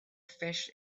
fish